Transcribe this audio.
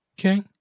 Okay